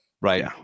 right